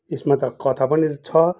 यसमा त कथा पनि छ